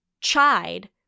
chide